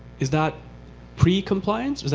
is that pre-compliance?